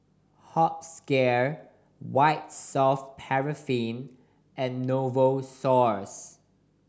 hospicare White Soft Paraffin and Novosource